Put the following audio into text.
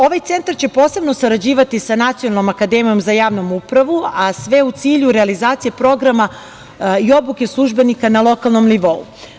Ovaj centar će posebno sarađivati sa Nacionalnom akademijom za javnu upravu, a sve u cilju realizacije programa i obuke službenika na lokalnom nivou.